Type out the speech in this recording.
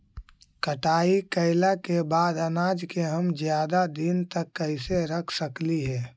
कटाई कैला के बाद अनाज के हम ज्यादा दिन तक कैसे रख सकली हे?